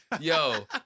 Yo